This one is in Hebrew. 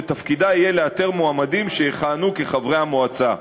ותפקידה יהיה לאתר מועמדים שיכהנו כחברי המועצה.